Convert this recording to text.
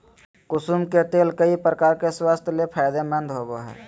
कुसुम के तेल कई प्रकार से स्वास्थ्य ले फायदेमंद होबो हइ